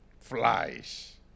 flies